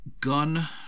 Gun